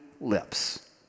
lips